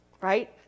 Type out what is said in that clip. right